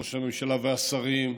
ראש הממשלה והשרים,